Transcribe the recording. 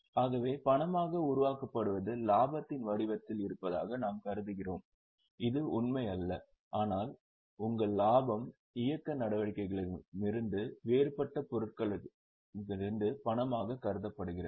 ஆகவே பணமாக உருவாக்கப்படுவது லாபத்தின் வடிவத்தில் இருப்பதாக நாம் கருதுகிறோம் இது உண்மையல்ல ஆனால் உங்கள் லாபம் இயக்க நடவடிக்கைகளிலிருந்தும் வேறுபட்ட பொருட்களிலிருந்தும் பணமாக கருதப்படுகிறது